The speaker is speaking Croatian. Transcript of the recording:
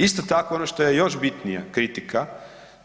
Isto tako ono što je još bitnija kritika